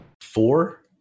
Four